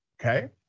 Okay